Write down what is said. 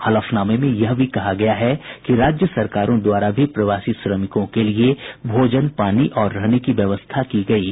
हलफनामे में यह भी कहा गया है कि राज्य सरकारों द्वारा भी प्रवासी श्रमिकों के लिए भोजन पानी और रहने की व्यवस्था की गयी है